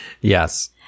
Yes